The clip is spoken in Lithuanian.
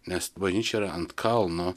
nes bažnyčia yra ant kalno